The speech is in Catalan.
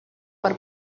per